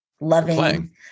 loving